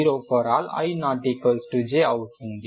కాబట్టి చివరి పాయింట్ ఏమిటంటే అవి పునరావృతమైతే ఏమి అవుతుంది